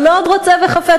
שמאוד רוצה וחפץ,